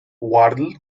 wardle